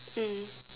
mm